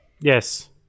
yes